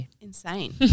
Insane